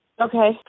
Okay